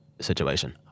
situation